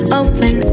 open